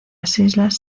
islas